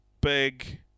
big